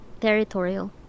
territorial